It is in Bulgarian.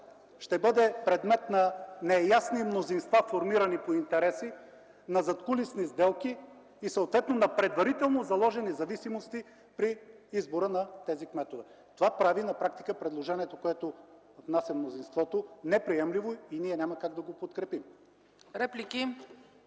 ще бъде предмет на неясни мнозинства, формирани по интереси, на задкулисни сделки и съответно на предварително заложени зависимости при избора на тези кметове. Това прави на практика предложението, което внася мнозинството, неприемливо и ние няма как да го подкрепим.